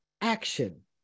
action